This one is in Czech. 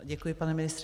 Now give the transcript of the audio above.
Děkuji, pane ministře.